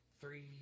three, –